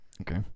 Okay